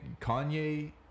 Kanye